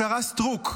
השרה סטרוק,